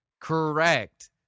Correct